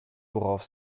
worauf